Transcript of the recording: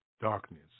darkness